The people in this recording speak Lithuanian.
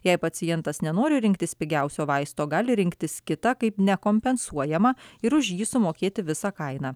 jei pacientas nenori rinktis pigiausio vaisto gali rinktis kitą kaip nekompensuojamą ir už jį sumokėti visą kainą